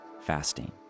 fasting